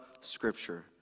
scripture